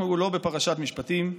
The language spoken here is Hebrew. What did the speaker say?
אנחנו לא בפרשת משפטים,